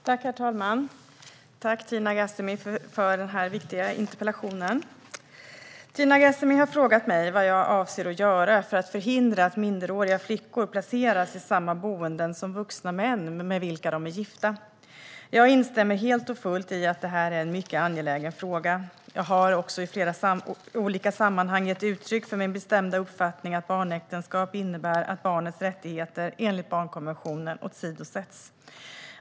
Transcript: Herr talman! Jag tackar Tina Ghasemi för den viktiga interpellationen. Tina Ghasemi har frågat mig vad jag avser att göra för att förhindra att minderåriga flickor placeras i samma boenden som vuxna män med vilka de är gifta. Jag instämmer helt och fullt i att det är en mycket angelägen fråga. Jag har också i olika sammanhang gett uttryck för min bestämda uppfattning att barnäktenskap innebär att barnets rättigheter enligt barnkonventionen åsidosätts.